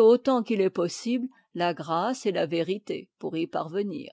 autant qu'il est possible la grâce et la vérité pour y parvenir